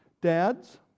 Dads